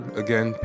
again